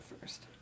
first